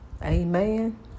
Amen